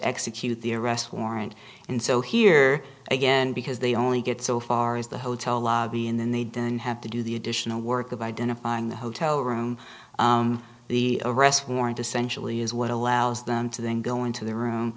execute the arrest warrant and so here again because they only get so far as the hotel lobby and then they don't have to do the additional work of identifying the hotel room the arrest warrant essentially is what allows them to then go into the room